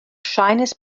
ŝajnis